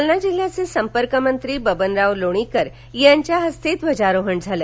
जालन्यात जिल्ह्याचे संपर्कमंत्री बबनराव लोणीकर यांच्या हस्ते ध्वजारोहण झालं